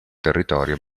territorio